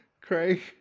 Craig